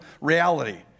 reality